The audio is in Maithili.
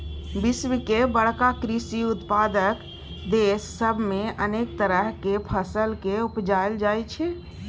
विश्व के बड़का कृषि उत्पादक देस सब मे अनेक तरह केर फसल केँ उपजाएल जाइ छै